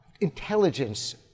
intelligence